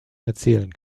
erzählen